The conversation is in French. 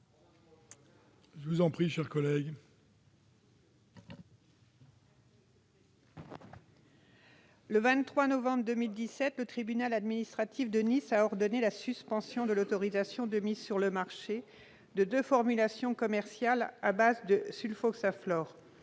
n° 636 rectifié. Le 23 novembre 2017, le tribunal administratif de Nice a ordonné la suspension de l'autorisation de mise sur le marché de deux formulations commerciales à base de sulfoxaflor,